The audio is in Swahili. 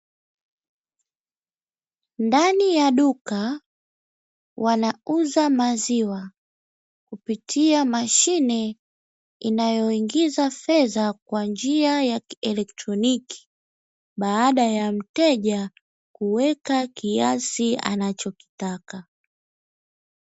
Ndani ya duka wanauza maziwa, kupitia mashine inayoingizwa fedha kwa njia ya kielektroniki, baada ya mteja kuweka kiasi anachokitaka.